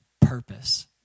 purpose